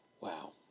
Wow